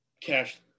Cash-